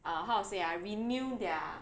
uh how to say ah renew their